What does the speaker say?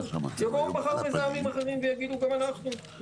יבואו מחר מזהמים אחרים ויגידו: גם אנחנו,